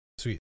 sweet